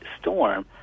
storm